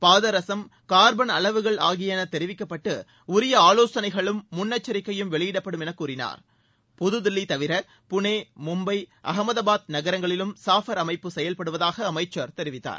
பாதரசம் carbon அளவுகள் ஆகியன தெரிவிக்கப்பட்டு உரிய ஆலோசனைகளும் முன்னெக்சரிக்கையும் வெளியிடப்படும் புதுதில்லி தவிர புனே மும்பை அகமதாபாத் நகரங்களிலும் சாஃபார் அமைப்பு செயல்படுவதாக அமைச்சர் தெரிவித்தார்